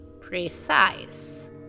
precise